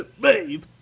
babe